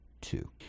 two